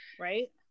right